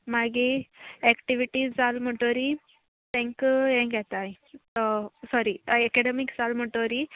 मागी एक्टिविटीज जाल म्हणटरी तांकां हें घेताय सॉरी एकाडेमिक्स जाल म्हणटोरी